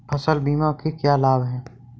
फसल बीमा के क्या लाभ हैं?